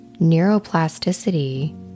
neuroplasticity